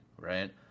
right